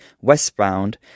westbound